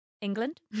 England